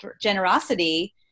generosity